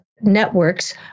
networks